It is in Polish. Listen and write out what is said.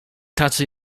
tacy